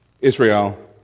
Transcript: Israel